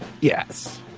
Yes